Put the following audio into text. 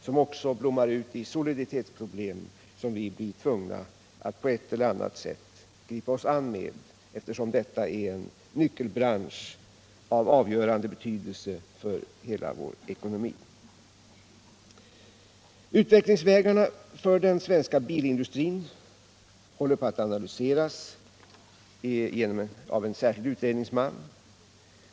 De blommar också ut i soliditetsproblem, som vi blir tvungna att på ett eller annat sätt gripa oss an, eftersom detta är en nyckelbransch av avgörande betydelse för hela vår ekonomi. Utvecklingsmöjligheterna för den svenska bilindustrin håller på att analyseras av en särskild utredningsman.